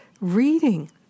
reading